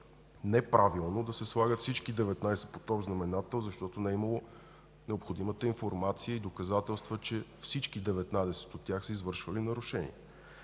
всички 19 да се слагат под общ знаменател, защото не е имало необходимата информация и доказателства, че всичките 19 от тях са извършвали нарушения.